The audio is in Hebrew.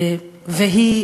והיא,